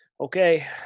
Okay